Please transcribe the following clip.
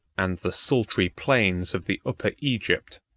and the sultry plains of the upper egypt